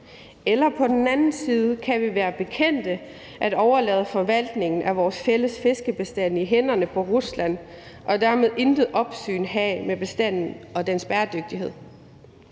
vi på den anden side være bekendt at overlade forvaltningen af vores fælles fiskebestand i hænderne på Rusland og dermed intet opsyn have med bestanden og dens bæredygtighed?